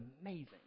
amazing